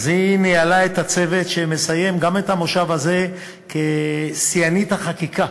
היא ניהלה את הצוות שמסיים גם את המושב הזה כשהוועדה היא שיאנית החקיקה,